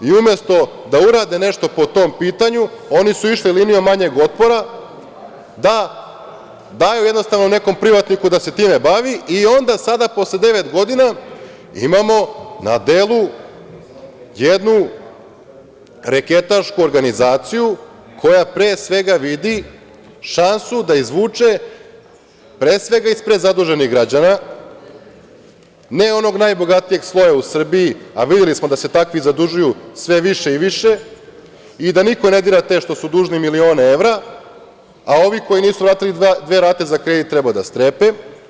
I, umesto da urade nešto po tom pitanju oni su išli linijom manjeg otpora da daju jednostavno nekom privatniku da se time bavi i onda posle devet godina imamo na delu jednu reketašku organizaciju koja, pre svega vidi šansu da izvuče, pre svega iz prezaduženih građana, ne onog najbogatijeg sloja u Srbiji, a videli smo da se takvi zadužuju sve više i više i da niko ne dira te što su dužni milione evra, a ovi koji nisu vratili dve rate za kredit treba da strepe.